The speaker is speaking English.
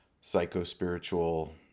psycho-spiritual